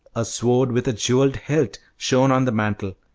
a sword with a jewelled hilt shone on the mantel,